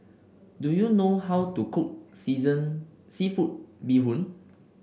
do you know how to cook season seafood Bee Hoon